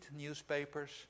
newspapers